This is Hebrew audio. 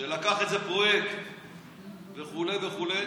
שלקח את זה פרויקט וכו' וכו',